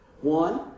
One